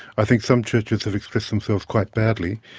i think some churches have expressed themselves quite badly.